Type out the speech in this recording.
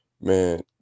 man